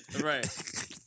Right